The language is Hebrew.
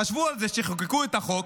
חשבו על זה כשחוקקו את החוק.